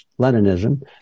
Leninism